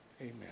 Amen